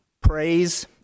Praise